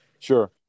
Sure